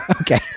Okay